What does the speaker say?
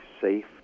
safe